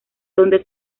donde